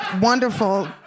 wonderful